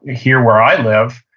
ah here, where i live,